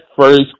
first